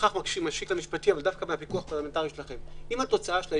אם התוצאה שלו